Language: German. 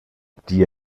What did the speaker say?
die